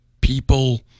people